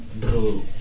Bro